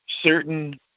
certain